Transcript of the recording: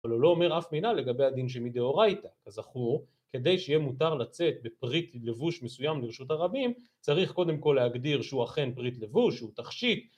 אבל הוא לא אומר אף מילה לגבי הדין שמדאורייתא, כזכור, כדי שיהיה מותר לצאת בפריט לבוש מסוים לרשות הרבים, צריך קודם כל להגדיר שהוא אכן פריט לבוש, שהוא תכשיט...